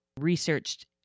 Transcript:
researched